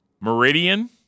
Meridian